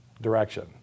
direction